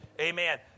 Amen